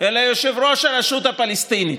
אלא את יושב-ראש הרשות הפלסטינית,